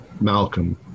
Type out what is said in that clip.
Malcolm